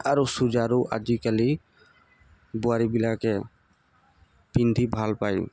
আৰু চুৰিদাৰো আজিকালি বোৱাৰীবিলাকে পিন্ধি ভাল পায়